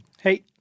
Hey